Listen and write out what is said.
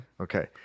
Okay